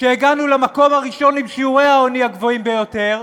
שהגענו למקום הראשון עם שיעורי העוני הגבוהים ביותר,